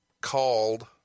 called